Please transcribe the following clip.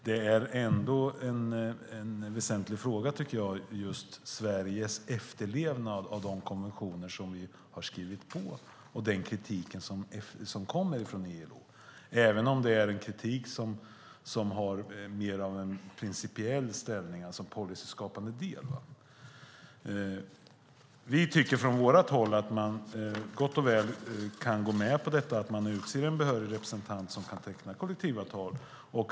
Men en väsentlig fråga är ändå Sveriges efterlevnad av de konventioner som vi har skrivit under och den kritik som kommer från ILO, även om kritiken är mer principiell, alltså en policyskapande del. Vi anser att man gott och väl kan gå med på att en behörig representant som kan teckna kollektivavtal utses.